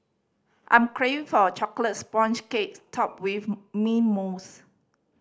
I'm crave for a chocolate sponge cakes topped with mint mousse